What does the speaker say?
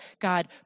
God